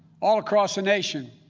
all across the nation,